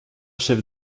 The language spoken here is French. chef